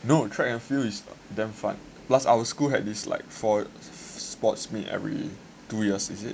no track and field is damn fun plus our school had these like four sports meet every two years is it